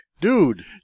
Dude